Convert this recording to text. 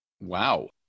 Wow